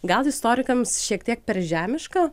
gal istorikams šiek tiek per žemiška